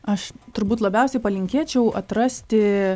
aš turbūt labiausiai palinkėčiau atrasti